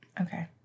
Okay